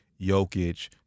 Jokic